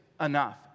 enough